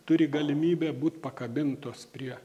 turi galimybę būt pakabintos prie